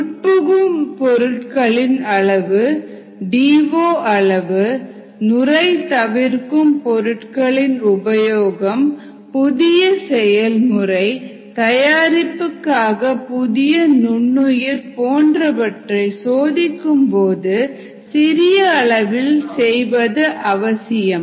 உட்புகும் பொருட்களின் அளவு D O அளவு நுரை தவிர்க்கும் பொருட்களின் உபயோகம் புதிய செயல்முறை தயாரிப்புக்காக புதிய நுண்ணுயிர் போன்றவற்றை சோதிக்கும் போது சிறிய அளவில் செய்வது அவசியம்